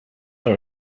are